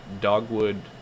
Dogwood